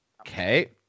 Okay